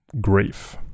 grief